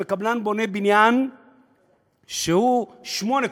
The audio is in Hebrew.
אם הקבלן בונה בניין של שמונה קומות,